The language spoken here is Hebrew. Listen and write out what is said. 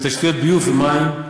בתשתיות ביוב ומים,